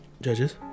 Judges